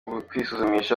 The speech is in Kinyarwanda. kwisuzumisha